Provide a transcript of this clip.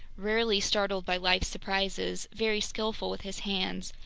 rarely startled by life's surprises, very skillful with his hands,